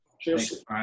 Cheers